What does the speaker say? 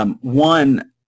one